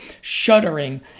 shuddering